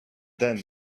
then